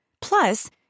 Plus